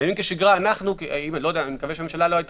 בימי שגרה אני מקווה שהממשלה לא הייתה